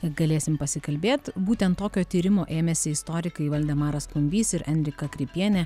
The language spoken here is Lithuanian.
galėsim pasikalbėt būtent tokio tyrimo ėmėsi istorikai valdemaras klumbys ir enrika kripienė